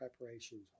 preparations